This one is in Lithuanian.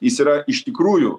jis yra iš tikrųjų